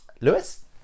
Lewis